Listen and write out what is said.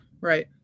Right